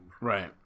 Right